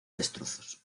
destrozos